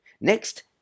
Next